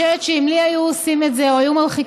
אני חושבת שאם לי היו עושים את זה או היו מרחיקים